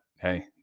hey